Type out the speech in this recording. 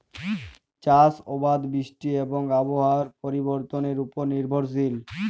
চাষ আবাদ বৃষ্টি এবং আবহাওয়ার পরিবর্তনের উপর নির্ভরশীল